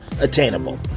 attainable